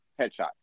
headshot